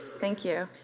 thank you.